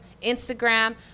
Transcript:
Instagram